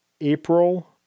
April